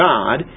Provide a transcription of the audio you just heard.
God